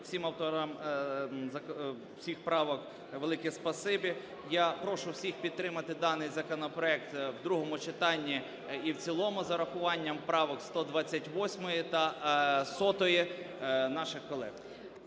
Всім авторам всіх правок велике спасибі. Я прошу всіх підтримати даний законопроект в другому читанні і в цілому з урахуванням правок 128 та 100 наших колег.